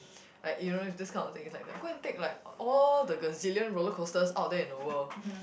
like you know if this kind of thing it's like the go and take like a~ all the gazillion roller coasters out there in the world